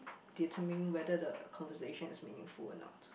determine whether the conversation is meaningful or not